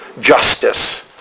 justice